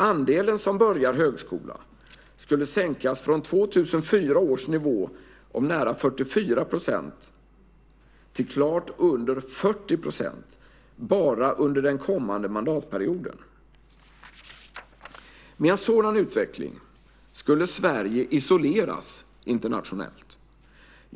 Andelen som börjar högskola skulle sänkas från 2004 års nivå om nära 44 % till klart under 40 % bara under den kommande mandatperioden. Med en sådan utveckling skulle Sverige isoleras internationellt.